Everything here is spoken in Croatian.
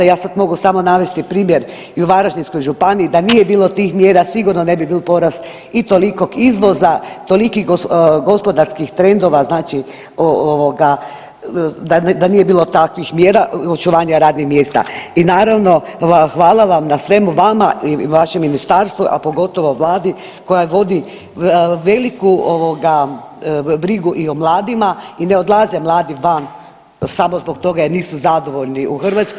Ja sada mogu samo navesti primjer i u Varaždinskoj županiji, da nije bilo tih mjera sigurno ne bi bio porast i tolikog izvoza, tolikih gospodarskih trendova, znači da nije bilo takvih mjera očuvanja radnih mjesta i naravno hvala vam na svemu vama i vašem ministarstvu, a pogotovo Vladi koja vodi veliku brigu i o mladima i ne odlaze mladi van samo zbog toga jer nisu zadovoljni u Hrvatskoj.